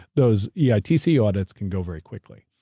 those yeah eitc audits can go very quickly.